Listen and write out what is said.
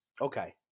Okay